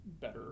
better